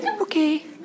Okay